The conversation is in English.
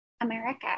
america